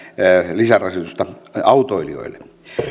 lisärasitusta autoilijoille